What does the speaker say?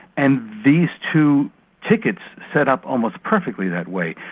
and these two tickets set up almost perfectly that way.